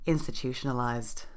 institutionalized